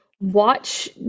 Watch